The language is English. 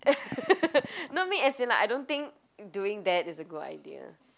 no I mean as in like I don't think doing that is a good idea